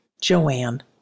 Joanne